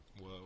Whoa